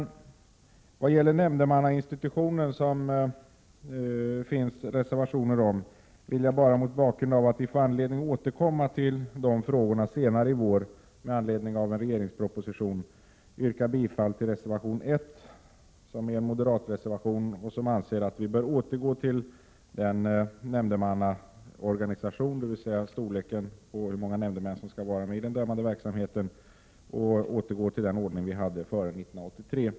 När det gäller nämndemannainstitutionen, som det finns reservationer om, vill jag bara — mot bakgrund av att vi får orsak att senare i vår återkomma till de frågorna med anledning av en proposition — yrka bifall till reservation 1, som är en moderatreservation och vari det förordas att vi skall återgå till den nämndemannaorganisation som vi hade före 1983. Det gäller alltså hur många som skall vara med i den dömande verksamheten.